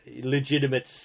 legitimate